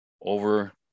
over